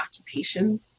occupation